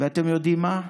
ואתם יודעים מה?